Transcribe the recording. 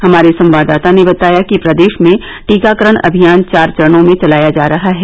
हमारे संवाददाता ने बताया कि प्रदेश में टीकाकरण अभियान चार चरणों में चलाया जा रहा है